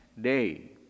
Day